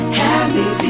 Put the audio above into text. happy